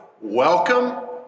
Welcome